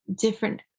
different